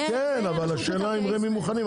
כן, אבל השאלה אם רמ"י מוכנים.